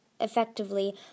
effectively